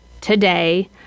today